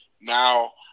now